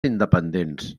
independents